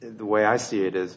the way i see it